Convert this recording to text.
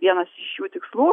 vienas šių tikslų